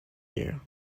year